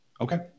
Okay